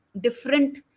different